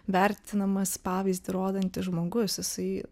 vertinamas pavyzdį rodantis žmogus jisai